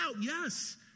yes